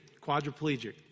quadriplegic